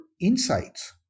insights